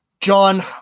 John